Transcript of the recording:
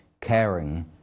caring